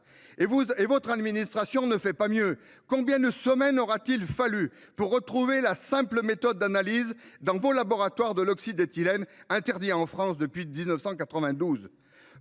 Votre administration ne fait pas mieux : combien de semaines aura t il fallu pour retrouver la simple méthode d’analyse dans vos laboratoires de l’oxyde d’éthylène, interdit en France depuis 1992 ?